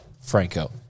Franco